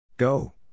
Go